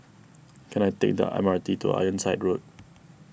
can I take the M R T to Ironside Road